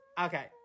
Okay